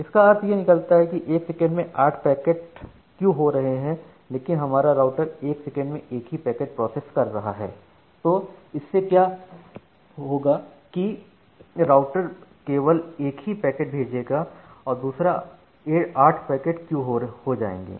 इसका अर्थ यह निकलता है कि एक सेकंड में 8 पैकेट क्यू हो रहे हैं लेकिन हमारा राउटर एक सेकंड में एक ही पैकेट प्रोसेस कर रहा है तो इससे क्या होगा कि राउटर केवल एक ही पैकेट भेजेगा और दूसरे 8 पैकेट क्यू हो जाएंगे